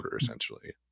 essentially